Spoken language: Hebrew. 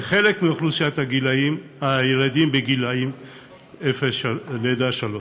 לחלק מאוכלוסיית הילדים בגיל לידה עד שלוש.